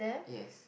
yes